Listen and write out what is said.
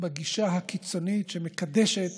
בגישה הקיצונית שמקדשת